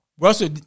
Russell